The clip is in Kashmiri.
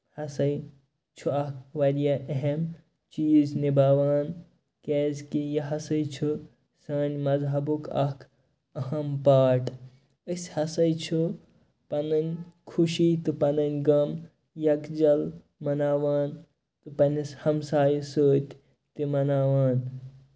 ہسا چھُ اکھ واریاہ اہم چیٖز نِباوان کیازِ کہِ یہِ ہسا چھُ سانہِ مَزہَبُک اکھ اَہم پاٹ أسۍ ہسا چھُ پَنُنۍ خُشی تہٕ پَنُنۍ غم یکجَل مناوان تہٕ پَنٕنِس ہَمسایَس سۭتۍ تہِ مَناوان